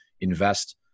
invest